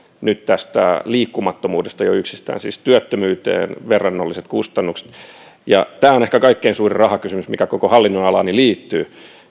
nyt tästä liikkumattomuudesta jo yksistään siis työttömyyteen verrannolliset kustannukset tämä on ehkä kaikkein suurin rahakysymys mikä koko hallinnonalaani liittyy